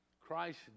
Christ